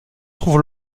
trouve